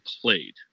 played